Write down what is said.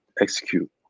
Execute